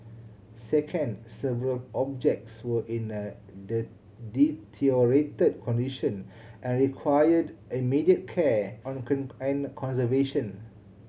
second several objects were in a the deteriorated condition and required immediate care on and conservation